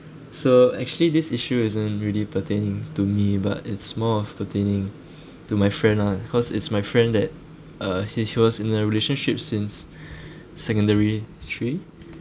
so actually this issue isn't really pertaining to me but it's more of pertaining to my friend lah cause it's my friend that uh he he was in a relationship since secondary